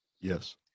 Yes